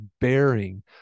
bearing